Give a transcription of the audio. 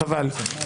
חבל.